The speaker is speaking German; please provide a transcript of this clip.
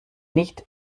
nicht